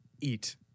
Eat